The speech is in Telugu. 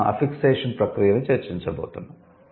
మనం 'అఫ్ఫిక్సేషణ్' ప్రక్రియను చర్చించబోతున్నాము